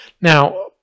Now